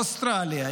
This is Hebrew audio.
אוסטרליה,